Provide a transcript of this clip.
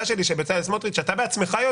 שלי אתה --- גם אתה וגם ראש המפלגה שלך,